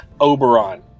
Oberon